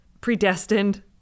predestined